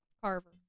Carver